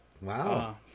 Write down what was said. Wow